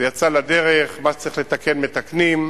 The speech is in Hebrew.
זה יצא לדרך, מה שצריך לתקן, מתקנים.